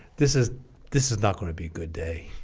this is this is not going to be a good day